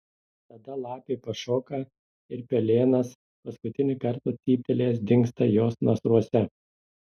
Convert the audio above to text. tada lapė pašoka ir pelėnas paskutinį kartą cyptelėjęs dingsta jos nasruose